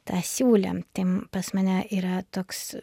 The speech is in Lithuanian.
tą siūlėm tiem pas mane yra toks